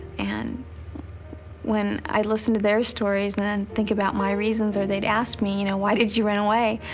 and when i listened to their stories then think about my reasons, or they'd ask me, you know why did you run away,